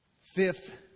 fifth